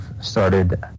started